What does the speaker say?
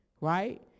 right